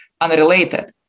unrelated